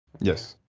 yes